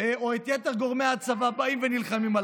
או את יתר גורמי הצבא באים ונלחמים.